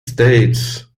states